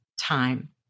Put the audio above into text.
time